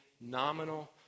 nominal